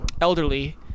elderly